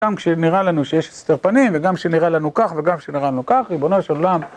גם כשנראה לנו שיש הסתר פנים, וגם כשנראה לנו כך, וגם כשנראה לנו כך, ריבונו של עולם...